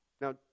Now